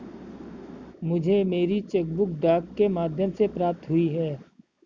मुझे मेरी cheque book डाक के माध्यम से प्राप्त हुई है